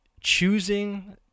choosing